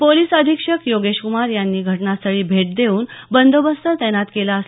police अधिक्षक योगेश कुमार यांनी घटनास्थळी भेट देऊन बंदोबस्त तैनात केला आहे